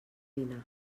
dinar